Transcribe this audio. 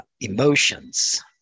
emotions